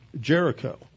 Jericho